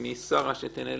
ומשרה שתנהל...